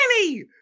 Danny